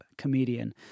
comedian